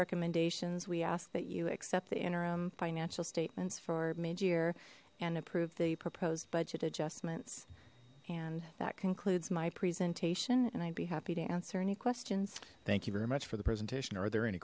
recommendations we ask that you accept the interim financial statements for mid year and approve the proposed budget adjustments and that concludes my presentation and i'd be happy to answer any questions thank you very much for the pre